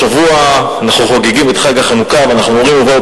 השבוע אנחנו חוגגים את חג החנוכה ואנחנו אומרים: "ובאו